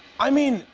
i mean,